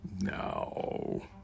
No